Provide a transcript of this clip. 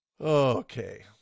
Okay